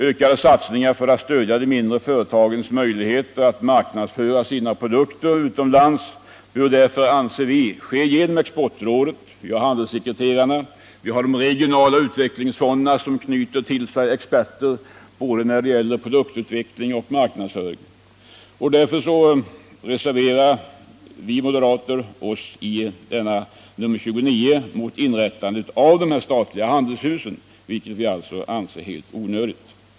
Ökade satsningar för att stödja de mindre företagens möjligheter att marknadsföra sina produkter utomlands bör därför ske genom exportrådet, handelssekreterarna och de regionala utvecklingsfonderna, som till sig kan knyta experter både på produktutveckling och på marknadsföring. Moderata samlingspartiet reserverar sig därför i reservationen 29 mot inrättandet av statliga handelshus som vi anser helt onödiga.